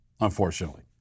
unfortunately